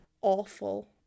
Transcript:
awful